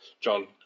John